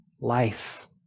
Life